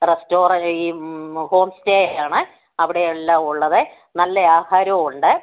റെസ്റ്റോറ ഈ home stay ആണ് അവിടെയെല്ലാം ഉള്ളത് നല്ലെ ആഹാരവും ഉണ്ട്